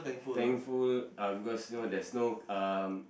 thankful uh because you know there's no um